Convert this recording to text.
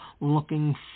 looking